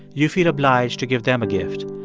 you feel obliged to give them a gift.